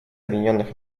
объединенных